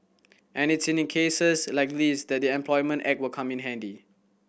and it's in cases like this that the Employment Act will come in handy